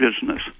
business